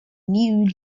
new